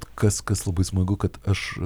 kas kas labai smagu kad aš